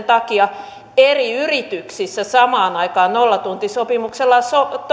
takia eri yrityksissä samaan aikaan nollatuntisopimuksella